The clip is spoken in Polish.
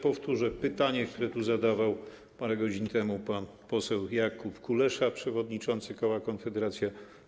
Powtórzę pytanie, które tu zadawał parę godzin temu pan poseł Jakub Kulesza, przewodniczący koła Konfederacja.